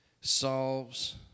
solves